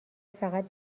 فقط